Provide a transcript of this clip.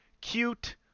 cute